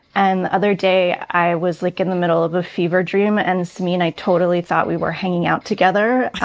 and other day i was like in the middle of a fever dream. and samin i totally thought we were hanging out together.